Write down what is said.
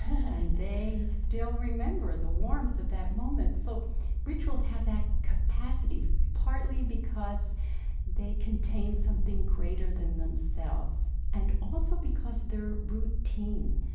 and they still remember the warmth of that moment so rituals have that capacity partly because they contain something greater than themselves, and also because they're routine.